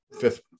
fifth